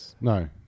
No